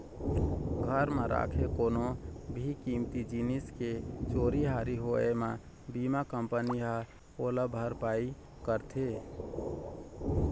घर म राखे कोनो भी कीमती जिनिस के चोरी हारी होए म बीमा कंपनी ह ओला भरपाई करथे